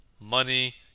money